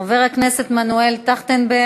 חברת הכנסת שלי יחימוביץ,